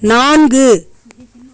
நான்கு